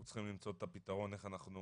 אנחנו צריכים למצוא את הפתרון איך אנחנו